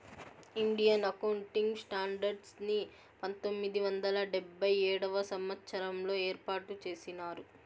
Indian accounting standards ని పంతొమ్మిది వందల డెబ్భై ఏడవ సంవచ్చరంలో ఏర్పాటు చేసినారు